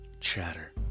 chatter